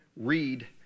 read